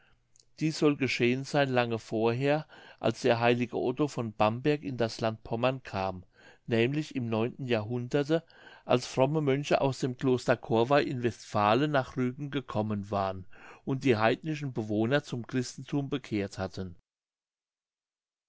dieß soll geschehen sein lange vorher als der heilige otto von bamberg in das land pommern kam nämlich im neunten jahrhunderte als fromme mönche aus dem kloster corvei in westphalen nach rügen gekommen waren und die heidnischen bewohner zum christenthum bekehrt hatten